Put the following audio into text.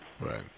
Right